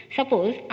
Suppose